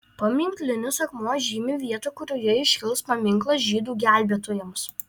paminklinis akmuo žymi vietą kurioje iškils paminklas žydų gelbėtojams